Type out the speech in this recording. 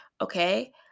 okay